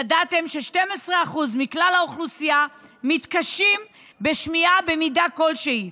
ידעתם ש-12% מכלל האוכלוסייה מתקשים בשמיעה במידה כלשהי,